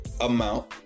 Amount